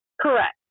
Correct